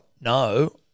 No